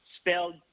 Spelled